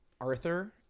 arthur